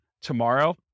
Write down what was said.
tomorrow